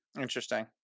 Interesting